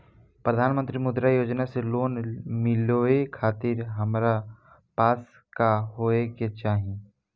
प्रधानमंत्री मुद्रा योजना से लोन मिलोए खातिर हमरा पास का होए के चाही?